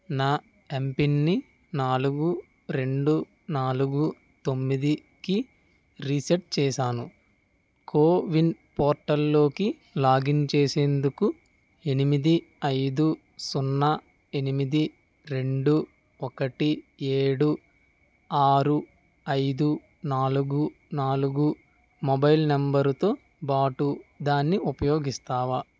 నా ఎమ్పిన్ని నాలుగు రెండు నాలుగు తొమ్మిదికి రీసెట్ చేశాను కో విన్ పోర్టల్లో లాగిన్ చేసేందుకు ఎనిమిది ఐదు సున్నా ఎనిమిది రెండు ఒకటి ఏడు ఆరు ఐదు నాలుగు నాలుగు మొబైల్ నెంబర్తో పాటు దాన్ని ఉపయోగిస్తావా